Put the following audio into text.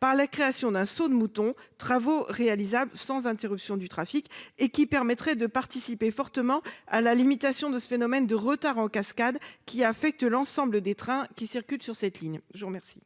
par la création d'un saut de mouton travaux réalisable sans interruption du trafic et qui permettrait de participer fortement à la limitation de ce phénomène de retards en cascade qui affecte l'ensemble des trains qui circulent sur cette ligne, je vous remercie.